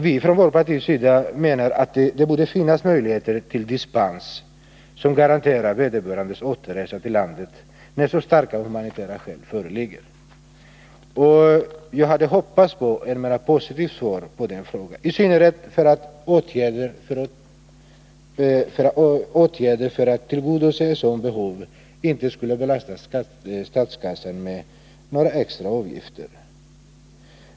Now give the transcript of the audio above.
Vi menar från vänsterpartiet kommunisternas sida att det borde finnas möjligheter till dispens, som garanterar vederbörandes återresa till landet när så starka humanitära skäl föreligger. Jag hade hoppats på ett mera positivt svar på min fråga, i synnerhet som åtgärder för att tillgodose det behov som det gäller inte skulle belasta statskassan med några extra utgifter.